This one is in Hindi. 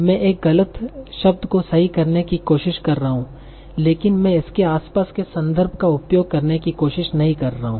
मैं एक गलत शब्द को सही करने की कोशिश कर रहा हूँ लेकिन मैं इसके आसपास के संदर्भ का उपयोग करने की कोशिश नहीं कर रहा हूं